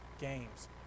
games